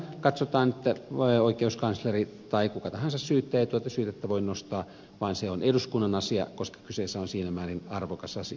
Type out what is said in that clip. katsotaan että oikeuskansleri tai kuka tahansa syyttäjä ei tuota syytettä voi nostaa vaan se on eduskunnan asia koska kyseessä on siinä määrin arvokas asia